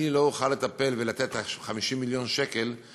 אני לא אוכל לטפל ולתת את 50 המיליון לכנסייתיים.